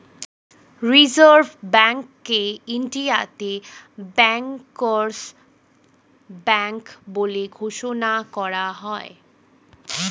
reserve ব্যাঙ্ককে ইন্ডিয়াতে bankers bank বলে ঘোষণা করা হয়